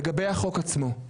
לגבי החוק עצמו.